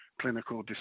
clinical